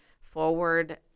forward